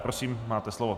Prosím, máte slovo.